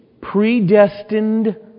predestined